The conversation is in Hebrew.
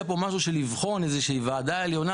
כאן לבחון באמצעות איזושהי ועדה עליונה,